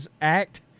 Act